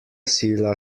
sila